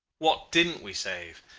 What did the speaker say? what didn't we save?